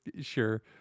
sure